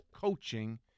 coaching